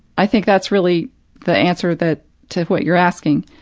i think that's really the answer that to what you're asking,